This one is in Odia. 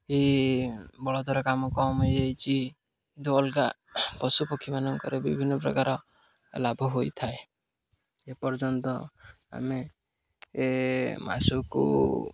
ଏ ବଳଦର କାମ କମ୍ ହୋଇଯାଇଛି କିନ୍ତୁ ଅଲଗା ପଶୁପକ୍ଷୀମାନଙ୍କର ବିଭିନ୍ନପ୍ରକାର ଲାଭ ହୋଇଥାଏ ଏପର୍ଯ୍ୟନ୍ତ ଆମେ ଏ ମାସକୁ